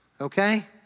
Okay